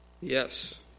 Yes